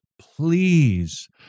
please